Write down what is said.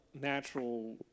natural